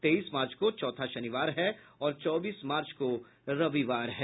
तेईस मार्च को चौथा शनिवार है और चौबीस मार्च को रविवार है